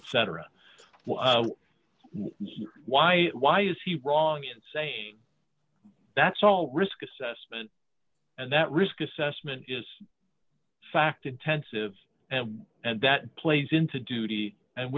why why is he wrong in saying that's all risk assessment and that risk assessment is fact intensive and that plays into duty and